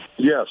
Yes